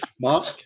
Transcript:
Mark